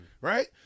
right